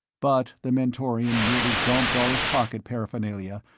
but the mentorian merely dumped all his pocket paraphernalia,